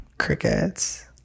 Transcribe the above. Crickets